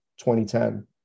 2010